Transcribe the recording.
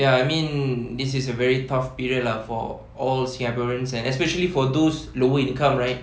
ya I mean this is a very tough period lah for all singaporeans and especially for those lower income right